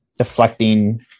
deflecting